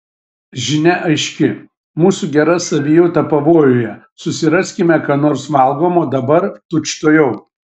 žinia aiški mūsų gera savijauta pavojuje susiraskime ką nors valgomo dabar tučtuojau